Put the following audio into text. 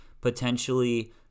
potentially